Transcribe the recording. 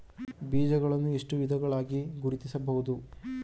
ಬೀಜಗಳನ್ನು ಎಷ್ಟು ವಿಧಗಳಾಗಿ ಗುರುತಿಸಬಹುದು?